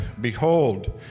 Behold